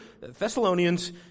Thessalonians